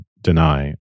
deny